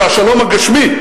והשלום הגשמי,